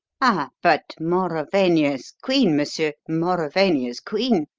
ah, but mauravania's queen, monsieur mauravania's queen.